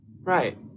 Right